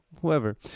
whoever